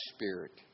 Spirit